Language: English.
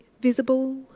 visible